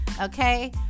Okay